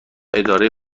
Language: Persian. اداره